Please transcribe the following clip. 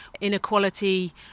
inequality